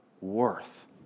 worth